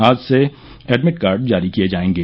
आज से admit card जारी किये जाएंगे